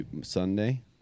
Sunday